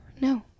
No